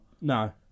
no